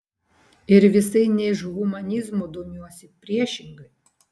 ir visai ne iš humanizmo domiuosi priešingai